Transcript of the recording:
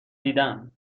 دیدم